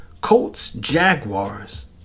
Colts-Jaguars